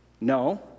No